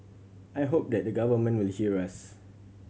I hope that the government will hear us